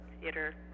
theater